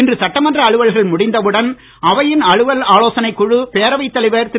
இன்று சட்டமன்ற அலுவல்கள் முடிந்தவுடன் அவையின் அலுவல் ஆலோசனைக் குழு பேரவைத் தலைவர் திரு